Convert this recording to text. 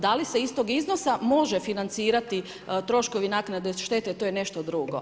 Da li se iz toga iznosa može financirati troškovi naknade štete to je nešto drugo.